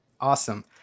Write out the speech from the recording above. awesome